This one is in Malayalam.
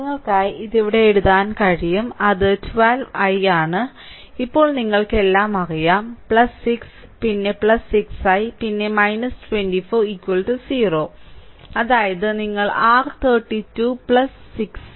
നിങ്ങൾക്കായി ഇത് ഇവിടെ എഴുതാൻ കഴിയും അത് 12 I ആണ് ഇപ്പോൾ നിങ്ങൾക്ക് എല്ലാം അറിയാം 6 പിന്നെ 6I പിന്നെ 24 0 അതായത് നിങ്ങൾ R32 6 6 i18 18